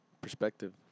perspective